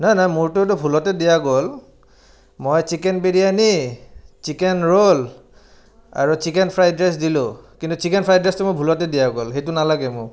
নাই নাই মোৰতো এইটো ভুলতে দিয়া গ'ল মই চিকেন বিৰিয়ানী চিকেন ৰোল আৰু চিকেন ফ্ৰাইড ৰাইচ দিলোঁ কিন্তু চিকেন ফ্ৰাইড ৰাইচটো মোৰ ভুলতে দিয়া গ'ল সেইটো নালাগে মোক